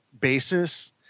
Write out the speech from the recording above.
basis